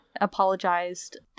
apologized